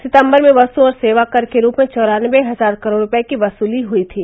सितम्बर में वस्तु और सेवा कर के रूप में चौरानबे हजार करोड़ रुपये की वसुली हई थी